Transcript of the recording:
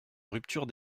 rupture